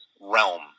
realm